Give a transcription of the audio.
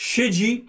Siedzi